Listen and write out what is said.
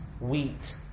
wheat